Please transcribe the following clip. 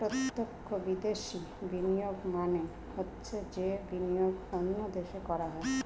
প্রত্যক্ষ বিদেশি বিনিয়োগ মানে হচ্ছে যে বিনিয়োগ অন্য দেশে করা হয়